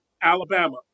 Alabama